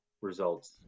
results